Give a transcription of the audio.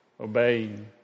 obeying